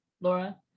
Laura